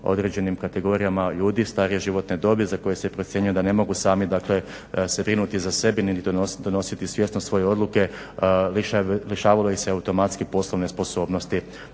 određenim kategorijama ljudi starije životne dobi za koje se procjenjuje da ne mogu sami dakle se brinuti za sebe niti donositi svjesno svoje odluke lišivalo ih se automatski poslovne sposobnosti.